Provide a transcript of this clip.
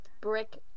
brick